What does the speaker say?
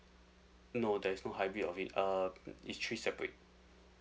no there's no high view of it um it's three separate